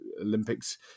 Olympics